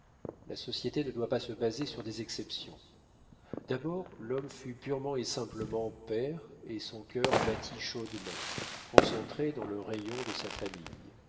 la société ne doit pas se baser sur des exceptions d'abord l'homme fut purement et simplement père et son cœur battit chaudement concentré dans le rayon de sa famille